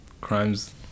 crimes